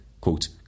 quote